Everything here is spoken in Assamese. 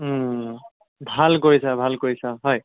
ভাল কৰিছা ভাল কৰিছা হয়